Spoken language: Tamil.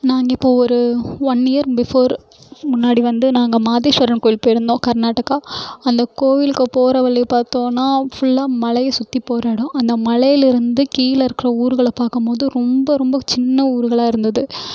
நான் இப்போது ஒரு ஒன் இயர் பிஃபோர் முன்னாடி வந்து நாங்கள் மாதேஸ்வரன் கோவில் போயிருந்தோம் கர்நாடகா அந்த கோவிலுக்கு போகிற வழி பார்த்தோன்னா ஃபுல்லாக மலையை சுற்றி போகிற இடம் அந்த மலையிலிருந்து கீழே இருக்கிற ஊர்கள பார்க்கும்போது ரொம்ப ரொம்ப சின்ன ஊர்களாக இருந்தது